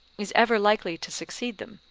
is ever likely to succeed them,